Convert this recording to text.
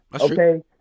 okay